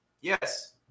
Yes